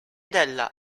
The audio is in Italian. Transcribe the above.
della